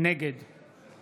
נגד סימון דוידסון, בעד